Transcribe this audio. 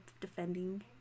defending